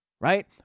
right